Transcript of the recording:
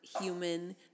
human